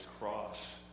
cross